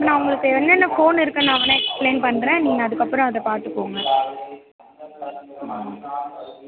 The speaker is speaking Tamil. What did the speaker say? நான் உங்களுக்கு என்னென்ன ஃபோன் இருக்குதுன்னு நான் வேணுனா எக்ஸ்ப்ளைன் பண்ணுறேன் நீங்கள் அதுக்கு அப்புறம் அதை பார்த்துக்கோங்க ம் ம்